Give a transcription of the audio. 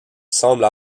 semble